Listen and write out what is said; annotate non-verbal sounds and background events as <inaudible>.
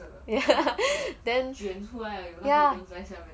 ya <laughs> ya